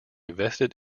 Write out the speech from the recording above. vested